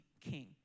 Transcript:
king